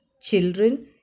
Children